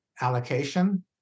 allocation